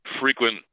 frequent